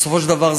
בסופו של דבר,